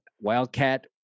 Wildcat